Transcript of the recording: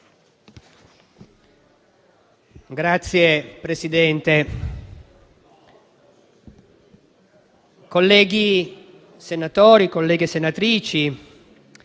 Signor Presidente, colleghi senatori, colleghe senatrici,